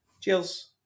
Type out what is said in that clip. Cheers